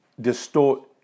distort